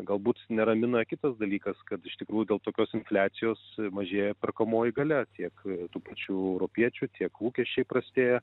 galbūt neramina kitas dalykas kad iš tikrųjų dėl tokios infliacijos mažėja perkamoji galia tiek tų pačių europiečių tiek lūkesčiai prastėja